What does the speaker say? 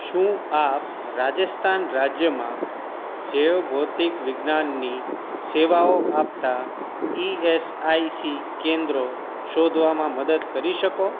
શું આપ રાજસ્થાન રાજ્યમાં જૈવ ભૌતિક વિજ્ઞાનની સેવાઓ આપતા ઇ એસ આઇ સી કેન્દ્રો શોધવામાં મદદ કરી શકો